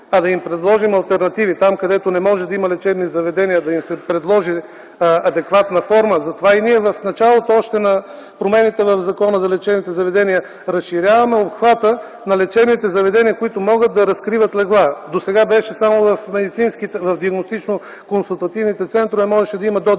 а да им предложим алтернативи. Там, където не може да има лечебни заведения, да им се предложи адекватна форма. Затова и ние в началото още на промените в Закона за лечебните заведения разширяваме обхвата на лечебните заведения, които могат да разкриват легла. Досега беше, че само в диагностично-консултативните центрове можеше да има до